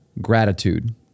gratitude